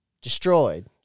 destroyed